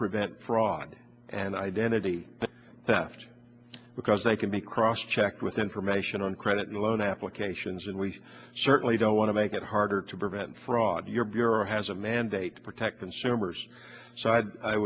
prevent fraud and identity theft because they can be cross checked with information on credit and loan applications and we certainly don't want to make it harder to prevent fraud your bureau has a mandate to protect consumers so i